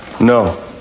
No